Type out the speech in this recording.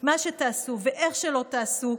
מה שתעשו ואיך שלא תעשו,